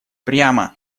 прямо